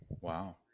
Wow